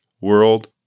world